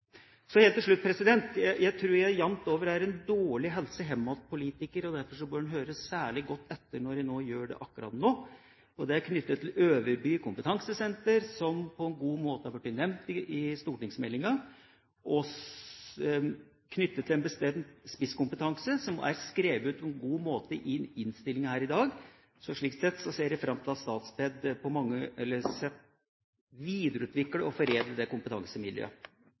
Så helt til slutt: Jeg tror jeg jamt over er en dårlig «helse hemmat»- politiker, og derfor bør en høre særlig godt etter når jeg gjør det akkurat nå. Det er knyttet til Øverby kompetansesenter, som på en god måte har blitt nevnt i stortingsmeldinga knyttet til en bestemt spisskompetanse, og som er skrevet om på en god måte i innstillinga her i dag. Slik sett ser jeg fram til at Statped videreutvikler og foredler det kompetansemiljøet,